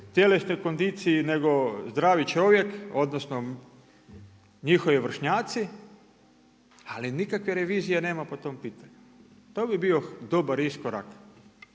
tjelesnoj kondiciji nego zdravi čovjek, odnosno njihovi vršnjaci ali nikakve revizije nema po tom pitanju. To bi bio dobar iskorak